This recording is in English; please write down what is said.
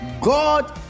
God